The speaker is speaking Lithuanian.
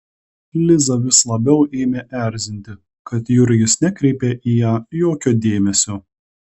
lizą vis labiau ėmė erzinti kad jurgis nekreipia į ją jokio dėmesio